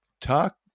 Talk